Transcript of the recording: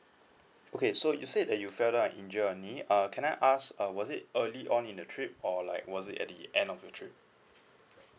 okay so you said that you fell down and injure your knee uh can I ask uh was it early on in the trip or like was it at the end of your trip